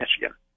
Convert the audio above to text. Michigan